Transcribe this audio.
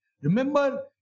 Remember